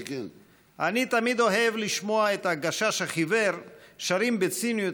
אני תמיד אוהב לשמוע את הגשש החיוור שרים בציניות